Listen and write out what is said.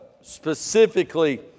specifically